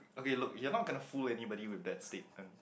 okay look you're not gonna fool anybody with that statement